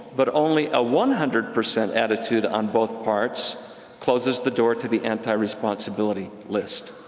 but only a one hundred percent attitude on both parts closes the door to the anti-responsibility list.